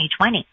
2020